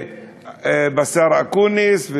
השר אקוניס,